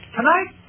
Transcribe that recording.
Tonight